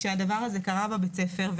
שהדבר קרה בבית הספר.